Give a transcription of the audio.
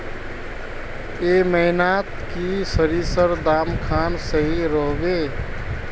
ए महीनात की सरिसर दाम खान सही रोहवे?